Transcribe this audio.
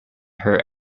her